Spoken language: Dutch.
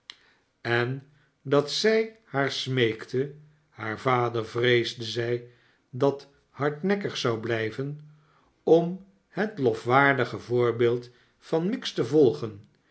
en dat zij haar smeekte haar vader vreesde zij dat hardnekkig zou blijven om het lofwaardige voorbeeld van miggs te volgen